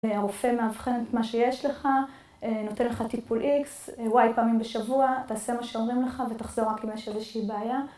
הרופא מאבחן את מה שיש לך, נותן לך טיפול איקס (X( ויי (Y) פעמים בשבוע, תעשה מה שאומרים לך ותחזור רק אם יש איזושהי בעיה.